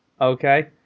okay